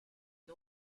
une